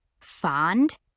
Fond